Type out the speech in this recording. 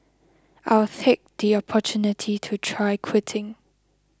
I'll take the opportunity to try quitting